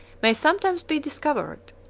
may sometimes be discovered.